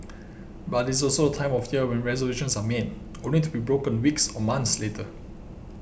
but it's also the time of year when resolutions are made only to be broken weeks or months later